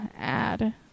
Add